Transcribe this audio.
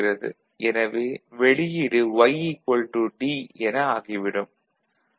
எனவே வெளியீடு Y D என ஆகிவிடும்